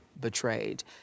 betrayed